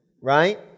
right